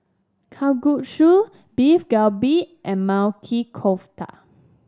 Kalguksu Beef Galbi and Kofta